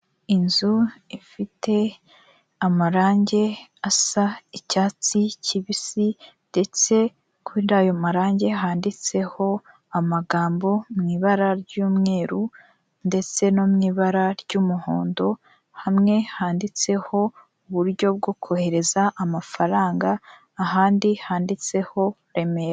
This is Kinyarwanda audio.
Inzu ifite amarangi asa icyatsi kibisi ndetse kuri ayo marangi handitseho amagambo mu ibara ry'umweru ndetse no mu ibara ry'umuhondo hamwe handitseho uburyo bwo kohereza amafaranga ahandi handitseho Remera.